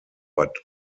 but